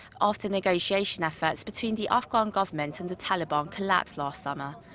after negotiation efforts between the afghan government and the taliban collapsed last summer.